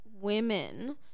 women